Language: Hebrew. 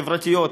חברתיות,